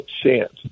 chance